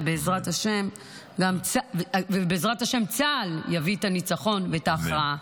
ובעזרת השם צה"ל יביא את הניצחון ואת ההכרעה,